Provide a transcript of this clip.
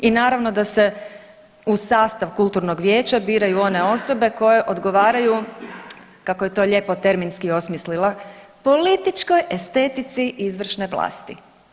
I naravno da se u sastav kulturnog vijeća biraju one osobe koje odgovaraju kako je to lijepo terminski osmislila političkoj estetici izvršne vlasti.